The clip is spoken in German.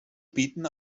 bieten